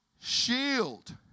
shield